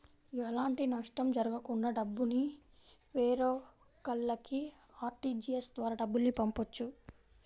ఎలాంటి నష్టం జరగకుండా డబ్బుని వేరొకల్లకి ఆర్టీజీయస్ ద్వారా డబ్బుల్ని పంపొచ్చు